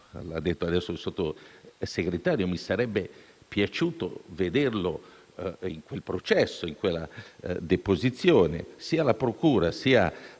ha detto adesso la Sottosegretaria e mi sarebbe piaciuto vederlo in quel processo, in quella deposizione - sia alla procura sia